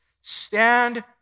Stand